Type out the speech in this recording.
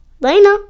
Lena